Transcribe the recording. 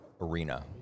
arena